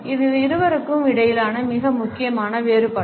இது இருவருக்கும் இடையிலான மிக முக்கியமான வேறுபாடு